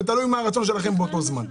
ותלוי מה הרצון שלכם באותו זמן.